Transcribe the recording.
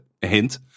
hint